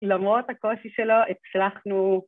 ‫למרות הקושי שלו, הצלחנו...